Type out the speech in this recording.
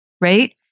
right